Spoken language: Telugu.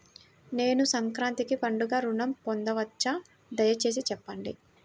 నేను సంక్రాంతికి పండుగ ఋణం పొందవచ్చా? దయచేసి చెప్పండి?